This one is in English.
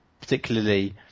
particularly